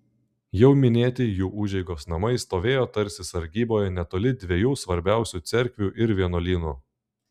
jau minėti jų užeigos namai stovėjo tarsi sargyboje netoli dviejų svarbiausių cerkvių ir vienuolynų